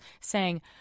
saying